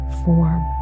form